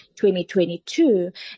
2022